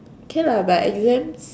K lah but exams